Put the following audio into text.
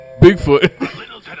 Bigfoot